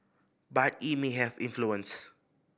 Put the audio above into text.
but it may have influence